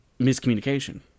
miscommunication